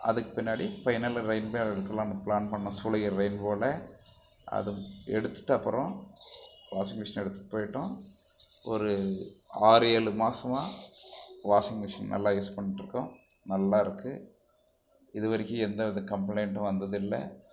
அதுக்கு பின்னாடி இப்போன்ல்ல ரெயின்போவில் எடுக்கலான்னு ப்ளான் பண்ணிணோம் சூளகிரி ரெயின்போவில் அது எடுத்துட்டு அப்புறம் வாஷிங்மிஷின் எடுத்துட்டு போய்ட்டோம் ஒரு ஆறு ஏழு மாசமாக வாஷிங்மிஷின் நல்லா யூஸ் பண்ணிட்ருக்கோம் நல்லா இருக்குது இது வரைக்கும் எந்த வித கம்ப்ளைண்ட்டும் வந்ததில்லை